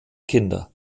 kinder